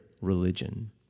religion